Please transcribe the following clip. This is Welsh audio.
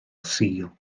sul